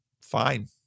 fine